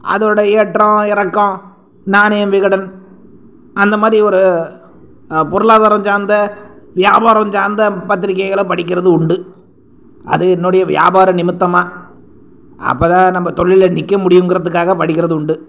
அதோடய ஏற்றம் இறக்கம் நாணய விகடன் அந்தமாதிரி ஒரு பொருளாதாரம் சார்ந்த வியாபாரம் சார்ந்த பத்திரிகைகள் படிக்கிறது உண்டு அது என்னுடைய வியாபார நிமித்தமாக அப்போ தான் நம்ம தொழில்ல நிற்க முடியுங்கிறதுக்காக படிக்கிறது உண்டு